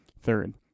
Third